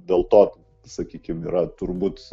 dėl to sakykim yra turbūt